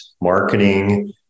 marketing